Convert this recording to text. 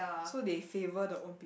so they favour the own peop~